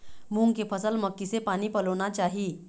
मूंग के फसल म किसे पानी पलोना चाही?